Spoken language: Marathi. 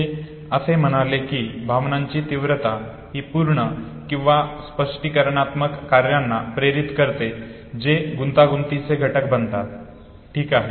ते असे म्हणाले कि भावनांची तीव्रता ही पूर्ण किंवा स्पष्टीकरणात्मक कार्यांना प्रेरित करते जे गुंतागुंतीचे घटक बनतात ठीक आहे